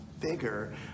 bigger